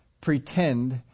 Pretend